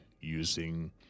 using